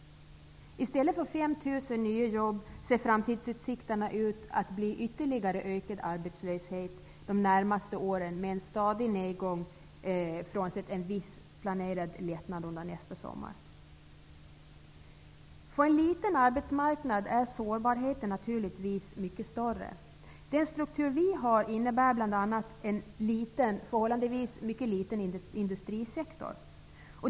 I stället för 5 000 nya jobb ser framtidsutsikterna ut som så att det blir ytterligare ökad arbetslöshet de närmaste åren, med en stadig nedgång frånsett en viss planerad lättnad under nästa sommar. För en liten arbetsmarknad är sårbarheten naturligtvis mycket större. Den struktur som vi har innebär bl.a. en förhållandevis mycket liten industrisektor.